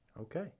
Okay